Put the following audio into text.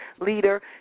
leader